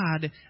God